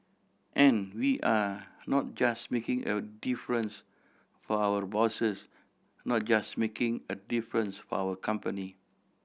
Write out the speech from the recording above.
and we are not just making a difference for our bosses not just making a difference for our company